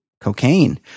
Cocaine